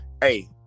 hey